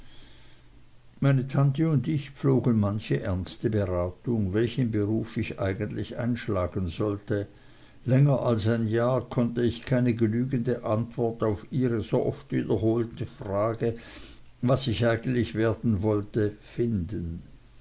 meine tante und ich pflogen manche ernste beratung welchen beruf ich eigentlich einschlagen sollte länger als ein jahr konnte ich keine genügende antwort auf ihre so oft wiederholte frage was ich eigentlich werden wollte finden